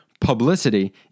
publicity